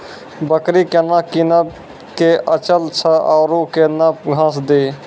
बकरी केना कीनब केअचछ छ औरू के न घास दी?